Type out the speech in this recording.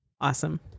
Awesome